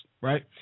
right